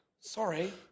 sorry